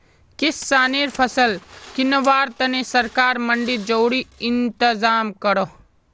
किस्सानेर फसल किंवार तने सरकार मंडित ज़रूरी इंतज़ाम करोह